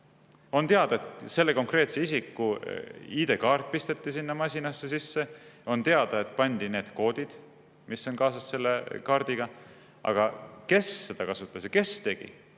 On teada, et selle konkreetse isiku ID‑kaart pisteti sinna masinasse sisse, on teada, et pandi need koodid, mis on kaasas selle kaardiga, aga see, kes seda kaarti kasutas,